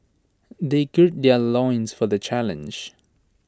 they gird their loins for the challenge